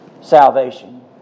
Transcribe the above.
salvation